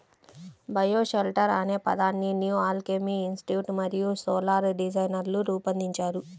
bioshelter అనే పదాన్ని New Alchemy Institute మరియు సోలార్ డిజైనర్లు రూపొందించారు